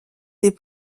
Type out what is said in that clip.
des